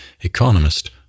economist